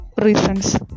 reasons